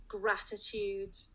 gratitude